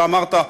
אתה אמרת,